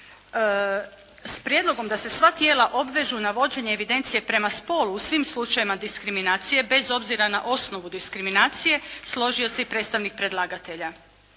S prijedlogom da se sva tijela obvežu na vođenje evidencije prema spolu u svim slučajevima diskriminacije bez obzira na osnovu diskriminacije složio se i predstavnik predlagatelja.